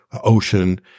ocean